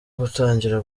gutangira